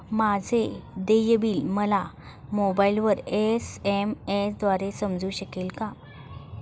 माझे देय बिल मला मोबाइलवर एस.एम.एस द्वारे समजू शकेल का?